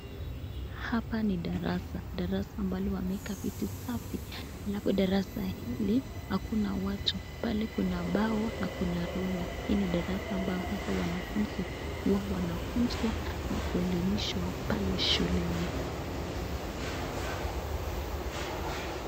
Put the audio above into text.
Hapa ni darasa, darasa ambalo wameweka viti safi, alafu darasa hili hakuna watu. Pale kuna mbao na kuna rula, hii ni darasa ambao hasa wanafunzi wao wanafunzwa na kuelemishwa pale shuleni.